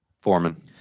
Foreman